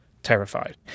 terrified